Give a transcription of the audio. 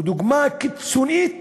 זו דוגמה קיצונית